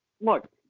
Look